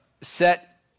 set